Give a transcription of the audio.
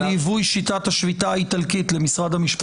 יבוא שיטת השביתה האיטלקית למשרד המשפטים.